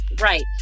Right